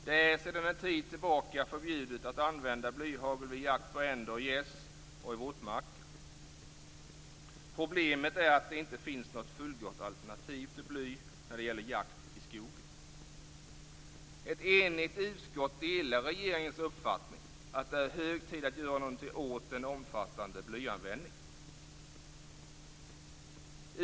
Det är sedan en tid tillbaka förbjudet att använda blyhagel vid jakt på änder och gäss och i våtmarker. Problemet är att det inte finns något fullgott alternativ till bly när det gäller jakt i skogen. Ett enigt utskott delar regeringens uppfattning att det är hög tid att göra någonting åt den omfattande blyanvändningen.